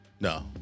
No